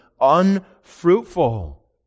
unfruitful